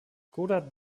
godard